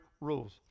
rules